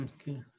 Okay